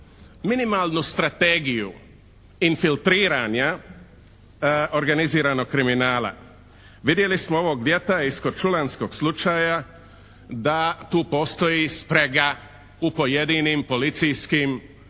minimalnu strategiju infiltriranja organiziranog kriminala. Vidjeli smo ovog ljeta iz korčulanskog slučaja da tu postoji sprega u pojedinim policijskim